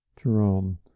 Jerome